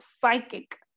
psychic